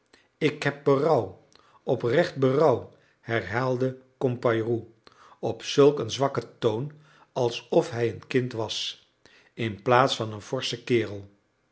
ik heb berouw oprecht berouw herhaalde compayrou op zulk een zwakken toon alsof hij een kind was inplaats van een forschen kerel